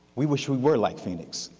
we wish we were like phoenix.